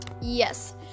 Yes